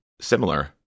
similar